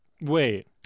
Wait